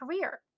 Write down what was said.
career